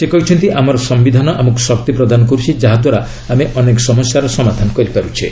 ସେ କହିଛନ୍ତି ଆମର ସମ୍ଭିଧାନ ଆମକୁ ଶକ୍ତି ପ୍ରଦାନ କରୁଛି ଯାହାଦ୍ୱାରା ଆମେ ଅନେକ ସମସ୍ୟାର ସମାଧାନ କରିପାରୁଛେ